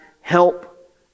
help